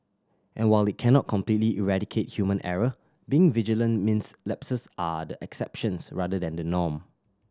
and while it cannot completely eradicate human error being vigilant means lapses are the exceptions rather than the norm